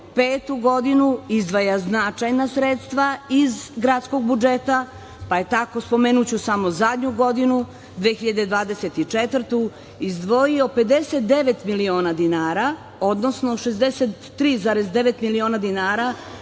petu godinu izdvaja značajna sredstva iz gradskog budžeta, pa je tako, spomenuću samo zadnju godinu, 2024. godinu, izdvojio 59 miliona dinara, odnosno 63,9 miliona dinara